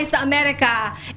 America